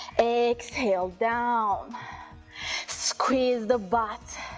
exhale, down squeeze the butt,